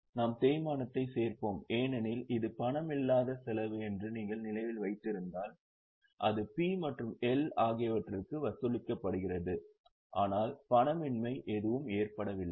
நாம் தேய்மானத்தைச் சேர்ப்போம் ஏனெனில் இது பணமில்லாத செலவு என்று நீங்கள் நினைவில் வைத்திருந்தால் அது P மற்றும் L ஆகியவற்றுக்கு வசூலிக்கப்படுகிறது ஆனால் பணமின்மை எதுவும் ஏற்படவில்லை